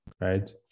right